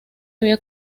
había